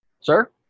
Sir